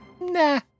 Nah